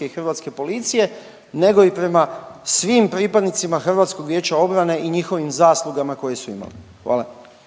i hrvatske policije nego i prema svim pripadnicima HVO-a i njihovim zaslugama koje su imali, hvala.